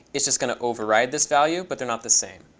it's just going to override this value. but they're not the same.